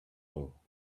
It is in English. low